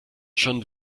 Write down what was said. schon